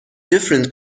different